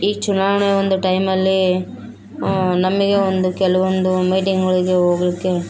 ಈ ಚುನಾವಣೆ ಒಂದು ಟೈಮಲ್ಲಿ ನಮ್ಮಗೆ ಒಂದು ಕೆಲವೊಂದು ಮೀಟಿಂಗ್ಗಳಿಗೆ ಹೋಗ್ಲಿಕ್ಕೆ